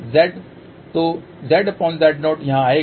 Z तो ZZ0 यहाँ आएगा